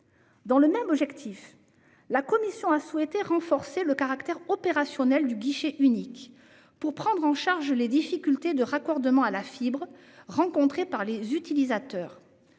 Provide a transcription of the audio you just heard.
Avec le même objectif, la commission a souhaité renforcer le caractère opérationnel du guichet unique pour prendre en charge les difficultés de raccordement à la fibre rencontrées par les utilisateurs.